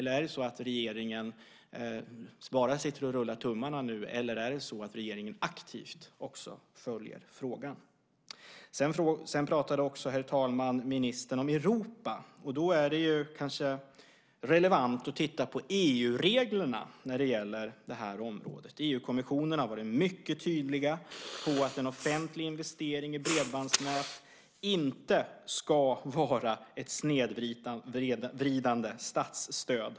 Är det så att regeringen nu bara sitter och rullar tummarna, eller följer regeringen också frågan aktivt? Sedan pratade ministern, herr talman, om Europa. Då är det kanske relevant att titta på EU-reglerna när det gäller det här området. EU-kommissionen har varit mycket tydlig om att en offentlig investering i bredbandsnät inte ska vara ett snedvridande statsstöd.